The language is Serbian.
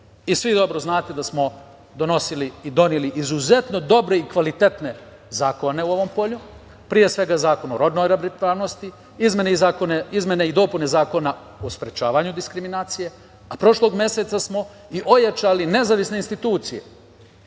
i svi dobro znate da smo donosili i doneli izuzetno dobre i kvalitetne zakone u ovom polju. Pre svega, Zakon o rodnoj ravnopravnosti, izmene i dopune Zakona o sprečavanju diskriminacije, a prošlog meseca smo ojačali i nezavisne institucije